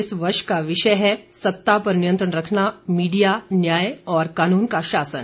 इस वर्ष का विषय है सत्ता पर नियंत्रण रखना मीडिया न्याय और कानून का शासन